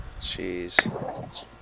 Jeez